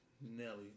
Nelly